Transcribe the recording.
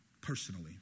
Personally